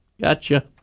Gotcha